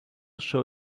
show